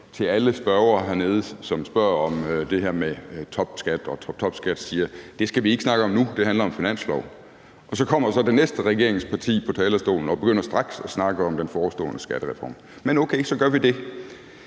til alle spørgere hernede, der spørger om det her med topskat og toptopskat, siger: Det skal vi ikke snakke om nu – det her handler om finanslov. Og så kommer så det næste regeringsparti på talerstolen og begynder straks at snakke om den forestående skattereform. Men okay, så gør vi det.